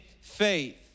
faith